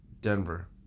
Denver